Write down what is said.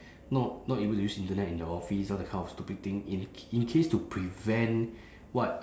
not not able to use internet in the office all that kind of stupid thing in in case to prevent what